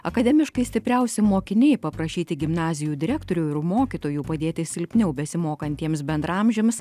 akademiškai stipriausi mokiniai paprašyti gimnazijų direktorių ir mokytojų padėti silpniau besimokantiems bendraamžiams